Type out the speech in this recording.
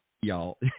y'all